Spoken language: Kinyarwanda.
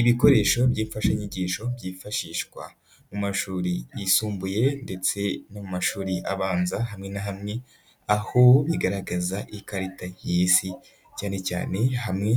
Ibikoresho by'imfashanyigisho byifashishwa mu mashuri yisumbuye ndetse no mu mashuri abanza hamwe na hamwe, aho bigaragaza ikarita y'Isi, cyane cyane hamwe